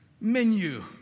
menu